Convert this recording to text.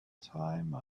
time